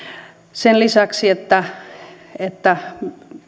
sen lisäksi että että